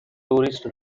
tourist